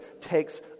takes